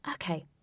Okay